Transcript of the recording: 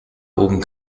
oben